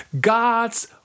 God's